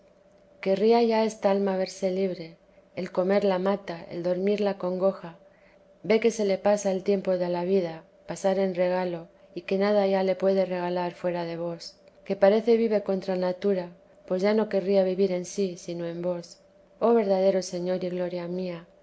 querría ya esta alma verse libre el comer la mata el dormir la congoja ve que se le pasa el tiempo de la vida pasar en regalo y que nada ya la puede regalar fuera de vos que parece vive contra natura pues ya no querría vivir en sí sino en vos oh verdadero señor y gloria mía